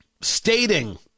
stating